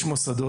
יש מוסדות,